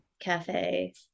cafe